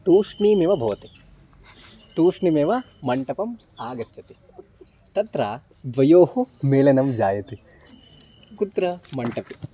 तूष्णीमेव भवति तूष्णीमेव मण्टपम् आगच्छति तत्र द्वयोः मेलनं जायते कुत्र मण्टपे